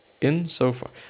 insofar